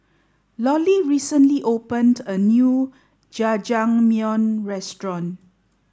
Lollie recently opened a new Jajangmyeon Restaurant